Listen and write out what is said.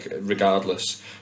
regardless